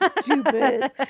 stupid